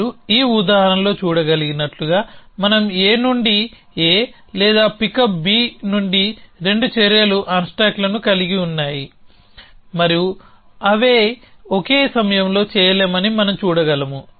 మీరు ఈ ఉదాహరణలో చూడగలిగినట్లుగా మనం A నుండి A లేదా పిక్ అప్ B నుండి రెండు చర్యలు అన్స్టాక్లను కలిగి ఉన్నాము మరియు అవి ఒకే సమయంలో చేయలేమని మనం చూడగలము